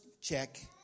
check